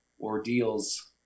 ordeals